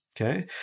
okay